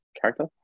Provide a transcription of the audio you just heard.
character